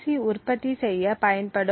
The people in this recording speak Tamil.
சி உற்பத்தி செய்யப் பயன்படும்